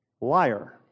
liar